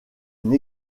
une